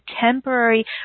temporary